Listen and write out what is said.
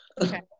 Okay